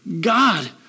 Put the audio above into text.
God